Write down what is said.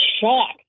shocked